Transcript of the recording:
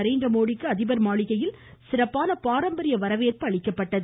நரேந்திமோடிக்கு அதிபர் மாளிகையில் சிறப்பான பாரம்பரிய வரவேற்பு அளிக்கப்பட்டது